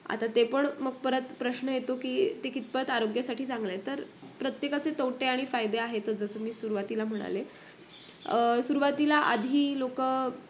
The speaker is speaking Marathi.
आता ते पण मग परत प्रश्न येतो की ते कितपत आरोग्यासाठी चांगलं आहे तर प्रत्येकाचे तोटे आणि फायदे आहेतच जसं मी सुरुवातीला म्हणाले सुरुवातीला आधी लोकं